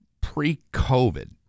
pre-COVID